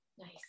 Nice